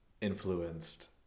influenced